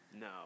no